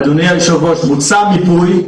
אדוני היושב-ראש, בוצע מיפוי.